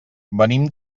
venim